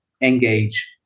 engage